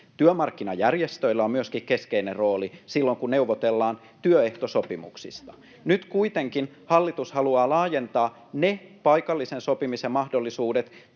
Työmarkkinajärjestöillä on keskeinen rooli myöskin silloin, kun neuvotellaan työehtosopimuksista. Nyt kuitenkin hallitus haluaa laajentaa [Suna Kymäläisen välihuuto]